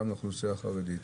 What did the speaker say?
גם לאוכלוסייה החרדית.